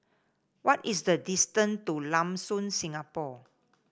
what is the distance to Lam Soon Singapore